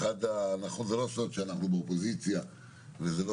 זה לא סוד שאנחנו באופוזיציה וזה לא